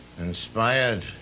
inspired